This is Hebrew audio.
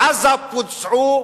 בעזה בוצעו